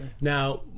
Now